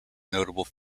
notable